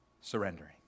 surrendering